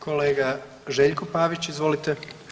Kolega Željko Pavić, izvolite.